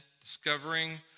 discovering